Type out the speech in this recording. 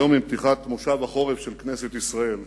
היום, עם פתיחת כנס החורף של כנסת ישראל,